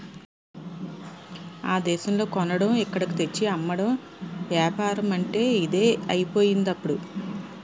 ఆ దేశంలో కొనడం ఇక్కడకు తెచ్చి అమ్మడం ఏపారమంటే ఇదే అయిపోయిందిప్పుడు